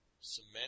Cement